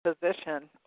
position